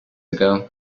ago